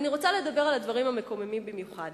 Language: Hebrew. ואני רוצה לדבר על הדברים המקוממים במיוחד,